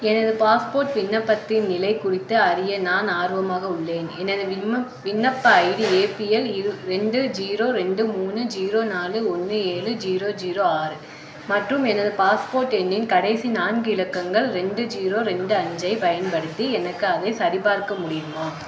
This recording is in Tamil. எனது பாஸ்போர்ட் விண்ணப்பத்தின் நிலை குறித்து அறிய நான் ஆர்வமாக உள்ளேன் எனது விண்ணப்ப ஐடி ஏ பி எல் ரெண்டு ஜீரோ ரெண்டு மூணு ஜீரோ நாலு ஒன்று ஏழு ஜீரோ ஜீரோ ஆறு மற்றும் எனது பாஸ்போர்ட் எண்ணின் கடைசி நான்கு இலக்கங்கள் ரெண்டு ஜீரோ ரெண்டு அஞ்சைப் பயன்படுத்தி எனக்கு அதைச் சரிபார்க்க முடியுமா